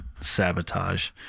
Sabotage